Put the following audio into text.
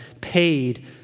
paid